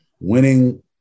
winning